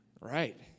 Right